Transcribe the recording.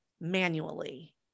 manually